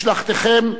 משלחתכם,